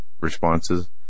responses